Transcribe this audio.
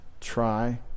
try